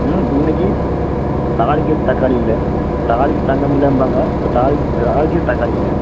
இன்னிக்கி தாளிக்கிறதுக்கு தக்காளி இல்லை தாளிக்கு தங்கம் இல்லைம்பாங்க தாளிக்கிறது தக்காளி இல்லை